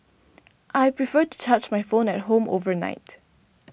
I prefer to charge my phone at home overnight